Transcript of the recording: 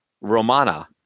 Romana